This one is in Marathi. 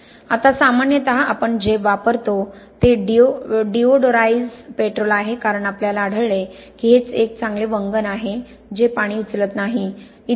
आता सामान्यतः आपण जे वापरतो ते डिओडोराईजपेट्रोल आहे कारण आपल्याला आढळले की हे एक चांगले वंगण आहे जे पाणी उचलत नाही